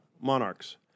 monarchs